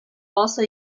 also